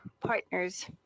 partners